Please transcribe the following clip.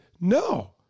no